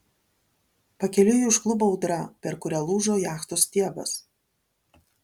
pakeliui jį užklupo audra per kurią lūžo jachtos stiebas